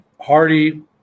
Hardy